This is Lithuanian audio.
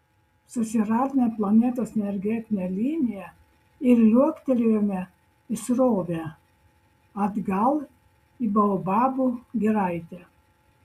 susiradome planetos energetinę liniją ir liuoktelėjome į srovę atgal į baobabų giraitę